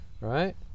Right